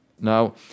now